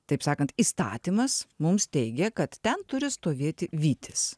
taip sakant įstatymas mums teigia kad ten turi stovėti vytis